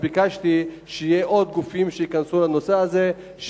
ביקשתי שגופים נוספים ייכנסו לנושא הזה,